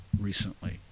recently